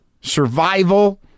survival